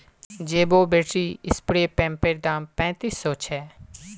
jumbo battery spray पंपैर दाम पैंतीस सौ छे